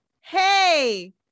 Hey